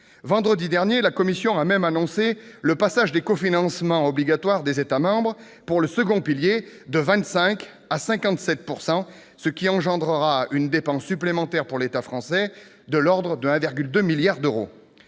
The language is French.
Vendredi dernier, la Commission européenne a même annoncé le passage des cofinancements obligatoires des États membres pour le second pilier de 25 % à 57 %, ce qui engendrera une dépense supplémentaire pour l'État français de l'ordre de 1,2 milliard d'euros.